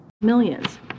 Millions